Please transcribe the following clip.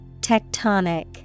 Tectonic